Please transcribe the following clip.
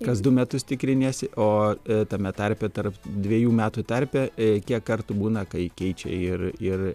kas du metus tikriniesi o tame tarpe tarp dvejų metų tarpe kiek kartų būna kai keičia ir ir